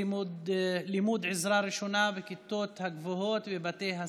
לימוד עזרה ראשונה בכיתות הגבוהות בבתי הספר,